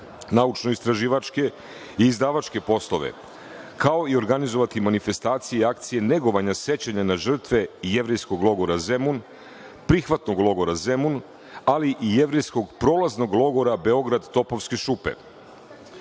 naučno istraživačke i izdavačke poslove, kao i organizovati manifestacije i akcije negovanja sećanja na žrtve "Jevrejskog logora Zemun", "Prihvatnog logora Zemun" ali i "Prihvatnog logora Zemun"